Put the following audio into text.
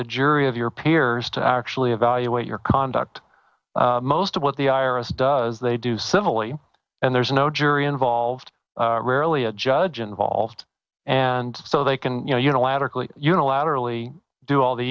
a jury of your peers to actually evaluate your conduct most of what the i r s does they do similarly and there's no jury involved rarely a judge involved and so they can you know unilaterally unilaterally do all the